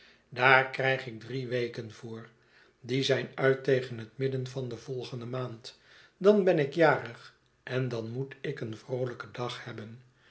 daar krijg ik drie weken voor die zijn uit tegen het midden van de volgende maand dan ben ik jarig en dan moet ik een vroolijken dag hebben